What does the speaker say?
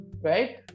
right